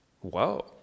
Whoa